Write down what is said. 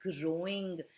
growing